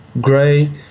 gray